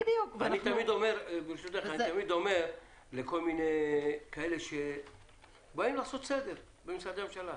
בדיוק אני תמיד אומר לכל מיני כאלה שבאים לעשות סדר במשרדי הממשלה: